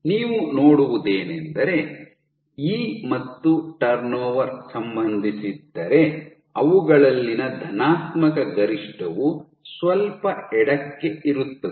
ನೀವು ನೋಡುವುದೇನೆಂದರೆ ಇ ಮತ್ತು ಟರ್ನ್ಓವರ್ ಸಂಬಂಧಿಸಿದ್ದರೆ ಅವುಗಳಲ್ಲಿನ ಧನಾತ್ಮಕ ಗರಿಷ್ಠವು ಸ್ವಲ್ಪ ಎಡಕ್ಕೆ ಇರುತ್ತದೆ